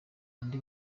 andy